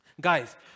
guys